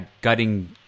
gutting